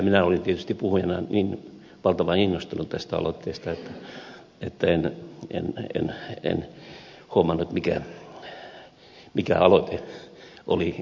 minä olin tietysti puhujana niin valtavan innostunut tästä aloitteesta että en huomannut mikä aloite oli esiteltävänä